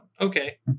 Okay